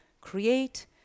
create